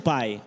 Pai